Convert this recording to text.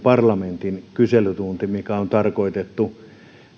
parlamentin kyselytunnin mikä on tarkoitettu